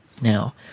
now